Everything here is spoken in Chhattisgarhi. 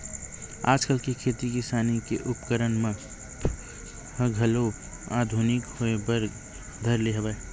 आजकल के खेती किसानी के उपकरन मन ह घलो आधुनिकी होय बर धर ले हवय